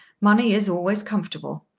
money is always comfortable.